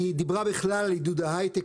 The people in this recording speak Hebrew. היא דיברה בכלל על עידוד ההייטק,